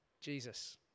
Jesus